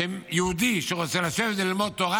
יהודי שרוצה לשבת כאן וללמוד תורה,